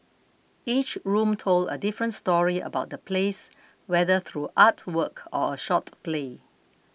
each room told a different story about the place whether through artwork or a short play